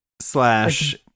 slash